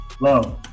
Love